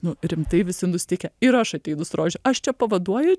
nu rimtai visi nusiteikę ir aš ateinu su rože aš čia pavaduoju